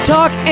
Talk